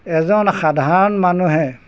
এজন সাধাৰণ মানুহে